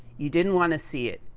you didn't wanna see it.